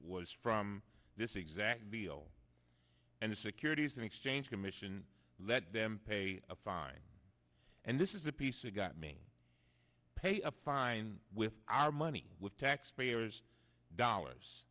was from this exact bill and the securities and exchange commission let them pay a fine and this is a piece of got me pay a fine with our money with taxpayers dollars